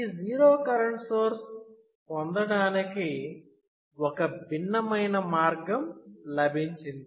ఈ '0' current source పొందడానికి ఒక భిన్నమైన మార్గం లభించింది